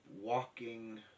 walking